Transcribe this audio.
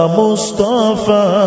mustafa